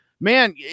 Man